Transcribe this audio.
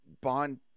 bond